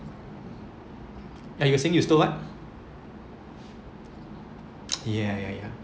ya you're saying you stole what yeah yeah yeah